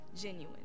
genuine